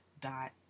dot